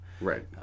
Right